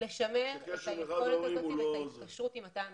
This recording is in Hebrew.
אנחנו מבינים ורוצים לשמר את היכולת הזאת של ההתקשרות עם התא המשפחתי.